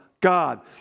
God